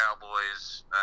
cowboys